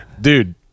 dude